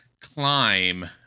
climb